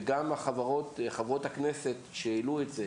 וגם חברות הכנסת שהעלו את זה: